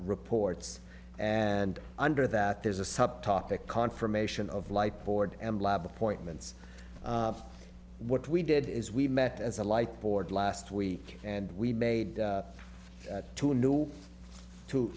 reports and under that there's a sup topic confirmation of light board and lab appointments what we did is we met as a light board last week and we made it to a new two